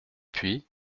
puis